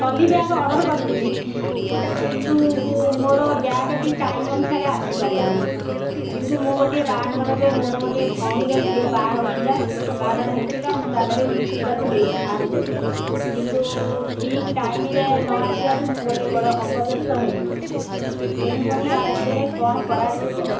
trolley bag order କରିଥିଲି କିନ୍ତୁ ମୋର ବ୍ୟାଗ୍ଟି ଟାଇମ୍ ଅନୁସାରେ ଆସିପାରିଲାନି କିନ୍ତୁ ମୁଁ ଗୋଟିଏ ବାହାଘରରେ ମୋର ଗୋଟିଏ ଭଉଣୀର ଝିଅ ବାହା ହେଉଥିଲା ବାହାଘର ହେଉଥିଲା ମୁଁ ତା ଦେହରେ ଗିଫ୍ଟ୍ ତାକୁ ଦେଇଥାନ୍ତି କିନ୍ତୁ ଠିକ୍ ଟାଇମ୍ରେ ନ ଆସିବାରୁ ମୁଁ ଗୋଟେ ବଡ଼ ଅପଦସ୍ତ ହେଲି ତେଣୁକରି ଆ ଭିତରେ କ'ଣ କରାଯିବ